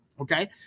Okay